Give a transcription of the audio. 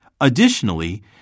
Additionally